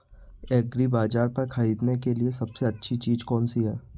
एग्रीबाज़ार पर खरीदने के लिए सबसे अच्छी चीज़ कौनसी है?